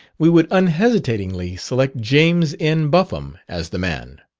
we would unhesitatingly select james n. buffum as the man.